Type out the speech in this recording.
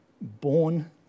born